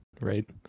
right